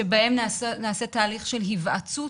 שבו נעשה תהליך של היוועצות